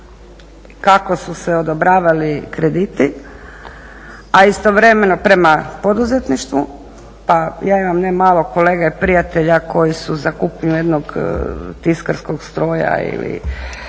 kako su se odobravali krediti prema poduzetništvu. Pa ja imam ne malo kolega i prijatelja koji su za kupnju jednog tiskarskog stroja ili